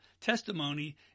testimony